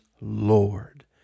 Lord